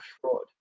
fraud